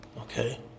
okay